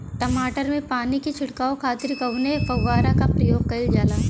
टमाटर में पानी के छिड़काव खातिर कवने फव्वारा का प्रयोग कईल जाला?